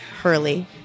Hurley